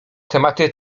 tematy